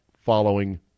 following